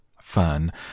Fern